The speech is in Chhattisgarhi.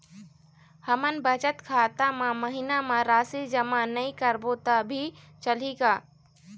हमन बचत खाता मा महीना मा राशि जमा नई करबो तब भी चलही का?